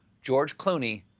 george clooney,